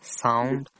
sound